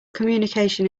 communication